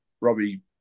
Robbie